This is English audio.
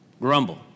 Grumble